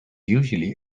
usually